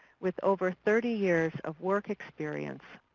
with over thirty years of work experience,